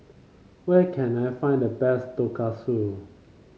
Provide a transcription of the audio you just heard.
where can I find the best Tonkatsu